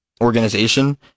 organization